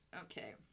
Okay